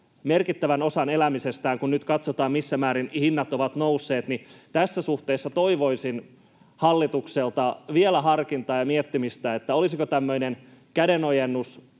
merkittävän osan elämisestään lainalla. Kun nyt katsotaan, missä määrin hinnat ovat nousseet, niin tässä suhteessa toivoisin hallitukselta vielä harkintaa ja miettimistä, tulisiko nykyisille